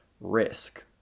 risk